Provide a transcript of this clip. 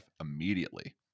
immediately